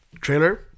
trailer